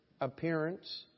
appearance